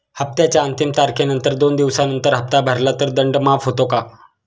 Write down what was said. हप्त्याच्या अंतिम तारखेनंतर दोन दिवसानंतर हप्ता भरला तर दंड माफ होतो का?